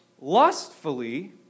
lustfully